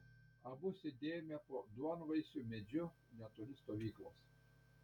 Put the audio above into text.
abu sėdėjome po duonvaisiu medžiu netoli stovyklos